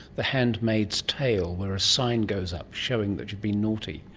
the handmaid's tale, where a sign goes up showing that you've been naughty.